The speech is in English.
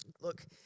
Look